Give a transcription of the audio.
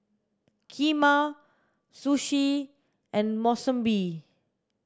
Kheema Sushi and Monsunabe